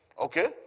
okay